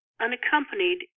unaccompanied